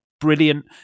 brilliant